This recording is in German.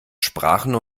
sprachen